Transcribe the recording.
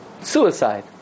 suicide